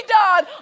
done